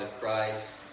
Christ